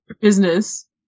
business